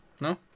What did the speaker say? No